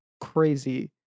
crazy